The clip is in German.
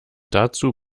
dazu